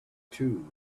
two